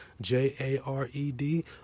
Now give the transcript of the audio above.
J-A-R-E-D